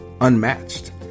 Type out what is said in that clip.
unmatched